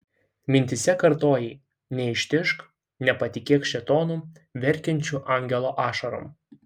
mintyse kartojai neištižk nepatikėk šėtonu verkiančiu angelo ašarom